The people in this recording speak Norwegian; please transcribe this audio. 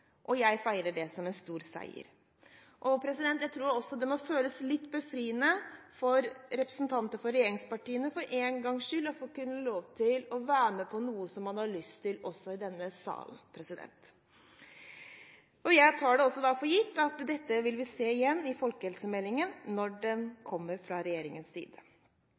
Jeg feirer det som en stor seier. Jeg tror også det må føles litt befriende for representanter for regjeringspartiene for én gangs skyld å kunne få lov til å være med på noe man har lyst til, også i denne salen. Jeg tar det også for gitt at dette vil vi se igjen i folkehelsemeldingen når den kommer fra